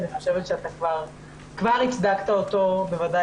אני חושבת שאתה כבר הצדקת אותו בוודאי